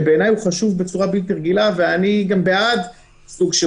שבעיניי הוא חשוב בצורה בלתי רגילה ואני בעד סוג של